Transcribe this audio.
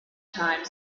time